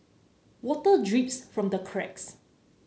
water drips from the cracks